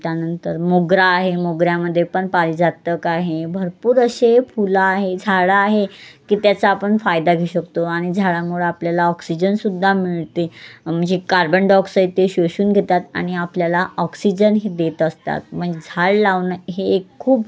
त्यानंतर मोगरा आहे मोगऱ्यामध्ये पण पारिजातक आहे भरपूर असे फुलं आहे झाडं आहे की त्याचा आपण फायदा घेऊ शकतो आणि झाडांमुळं आपल्याला ऑक्सिजनसुद्धा मिळते म्हणजे कार्बन डायऑक्साईड ते शोषून घेतात आणि आपल्याला ऑक्सिजन हे देत असतात मग झा झाड लावणं हे एक खूप